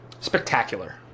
spectacular